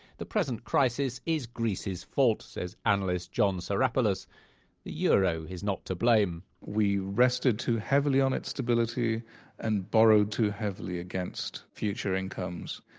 the present crisis is greece's fault, says analyst john psaropoulos the euro is not to blame we rested too heavily on its stability and borrowed too heavily against future incomes.